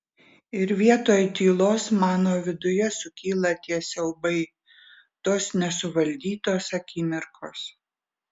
ir vietoj tylos mano viduje sukyla tie siaubai tos nesuvaldytos akimirkos